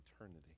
eternity